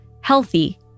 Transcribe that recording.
healthy